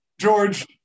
George